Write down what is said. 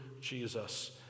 Jesus